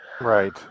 Right